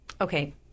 okay